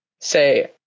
say